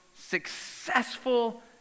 successful